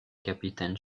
capitaine